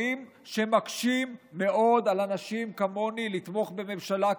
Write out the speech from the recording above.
שמקשים מאוד על אנשים כמוני לתמוך בממשלה כזו.